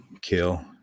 kill